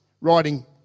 writing